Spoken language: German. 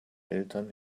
eltern